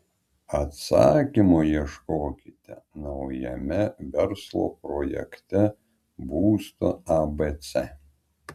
atsakymo ieškokite naujame verslo projekte būsto abc